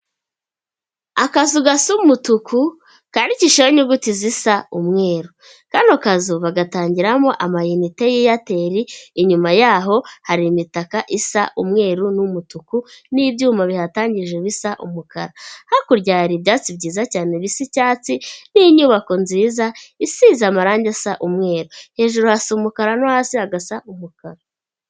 Akazu gasa umutuku kandikishijeho inyuguti zisa umweru. Kano kazu bagatangiramo amainite ya eyateri. Inyuma yaho hari imitaka isa umweru n'umutuku, n'ibyuma bihatangije bisa umukara. Hakurya hari ibyari ibyatsi byiza cyane bisa icyatsi n'inyubako nziza isize amarangi asa umweru. Hejuru hasa umukara, no hasi hagasa umukara.